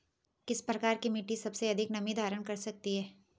किस प्रकार की मिट्टी सबसे अधिक नमी धारण कर सकती है?